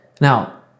Now